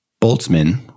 Boltzmann